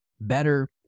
better